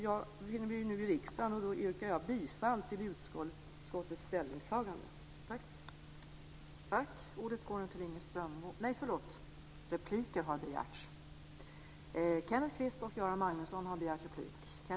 Jag befinner mig nu i riksdagen, och då yrkar jag på godkännande av utskottets anmälan.